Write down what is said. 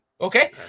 Okay